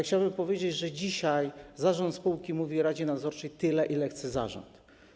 Chciałbym powiedzieć, że dzisiaj zarząd spółki mówi radzie nadzorczej tyle, ile chce zarząd.